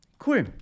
Cool